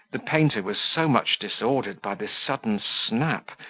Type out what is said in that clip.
the painter was so much disordered by this sudden snap,